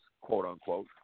quote-unquote